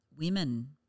women